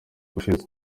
ushize